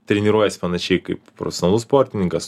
treniruojies panašiai kaip profesionalus sportininkas